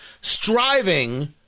striving